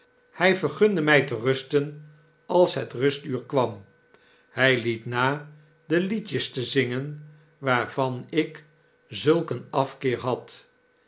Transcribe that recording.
hij vergunde mij ternsten als het rustuur kwam hij lietna de liedjes te zingen waarvan ik zulk een afkeer had